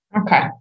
Okay